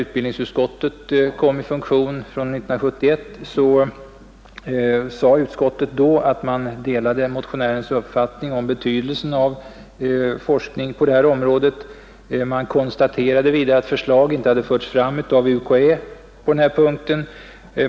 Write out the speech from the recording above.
Utbildningsutskottet sade, efter att ha trätt i funktion 1971, att det delade motionärens uppfattning om betydelsen av forskning på det här området. Man konstaterade vidare att något förslag inte framförts av UKÄ på denna punkt.